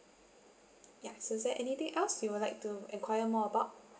ya so is there anything else you would like to enquire more about